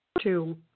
two